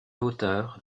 l’auteur